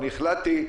אני החלטתי.